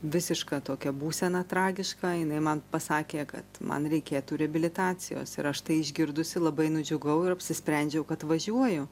visišką tokią būseną tragišką jinai man pasakė kad man reikėtų reabilitacijos ir aš tai išgirdusi labai nudžiugau ir apsisprendžiau kad važiuoju